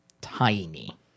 tiny